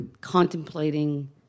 contemplating